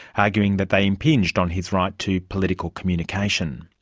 arguing that they impinged on his right to political communication.